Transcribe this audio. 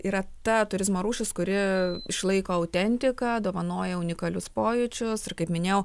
yra ta turizmo rūšis kuri išlaiko autentiką dovanoja unikalius pojūčius ir kaip minėjau